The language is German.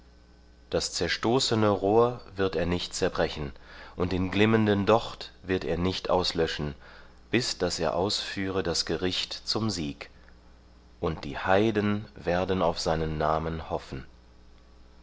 das zerstoßene rohr wird er nicht zerbrechen und den glimmenden docht wird er nicht auslöschen bis daß er ausführe das gericht zum sieg und die heiden werden auf seinen namen hoffen